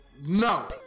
No